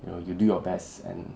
you know you do your best and